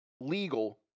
legal